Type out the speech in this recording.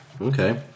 Okay